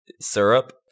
Syrup